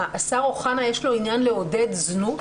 מה, השר אוחנה, יש לו עניין לעודד זנות?